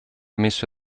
messo